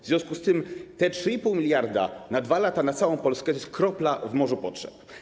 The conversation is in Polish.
W związku z tym te 3,5 mld na 2 lata na całą Polskę to jest kropla w morzu potrzeb.